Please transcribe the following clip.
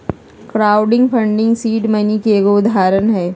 crowd funding seed money के एगो उदाहरण हय